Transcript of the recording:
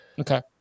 Okay